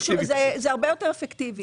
זה הרבה יותר אפקטיבי.